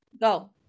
go